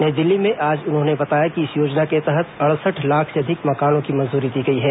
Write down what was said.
नई दिल्ली में आज उन्होंने बताया कि इस योजना के तहत अड़सठ लाख से अधिक मकानों की मंजूरी दी गई है